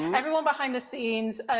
everyone behind the scenes,